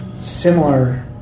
similar